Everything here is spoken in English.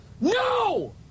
No